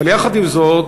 אבל יחד עם זאת,